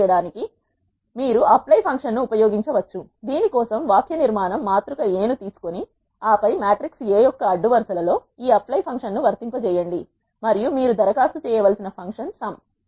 అలా చేయడానికి మీరు అప్లై ఫంక్షన్ను ఉపయోగించవచ్చు దీని కోసం వాక్యనిర్మాణం మాతృక A ను తీసుకొని ఆపై మ్యాట్రిక్స్ A యొక్క అడ్డు వరసలలో ఈ అప్లై ఫంక్షన్ ను వర్తింపజేయండి మరియు మీరు దరఖాస్తు చేయవలసిన ఫంక్షన్ సమ్